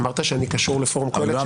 אמרת שאני קשור לפורום קהלת.